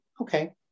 okay